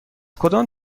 کدام